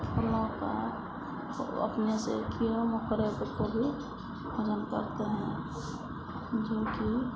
फूलों का वो अपने से कीड़ों मकोड़ों तक काे भी भोजन करते हैं जोकि